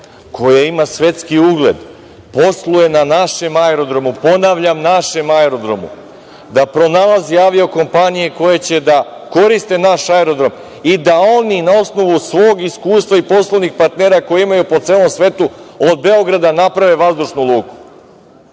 koja ima svetski ugled posluje na našem aerodromu, ponavljam, našem aerodromu, da pronalazi avio-kompanije koje će da koriste naš aerodrom i da oni na osnovu svog iskustva i poslovnih partnera koje imaju po celom svetu od Beograda naprave vazdušnu luku.